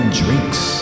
drinks